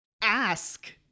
Ask